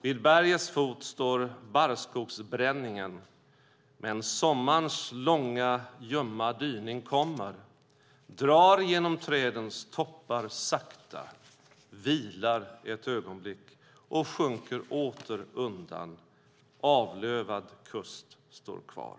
Vid bergets fot står barrskogsbränningen, men sommarns långa, ljumma dyning kommer, drar genom trädens toppar sakta, vilar ett ögonblick och sjunker åter undan - avlövad kust står kvar.